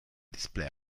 display